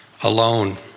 Alone